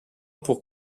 pour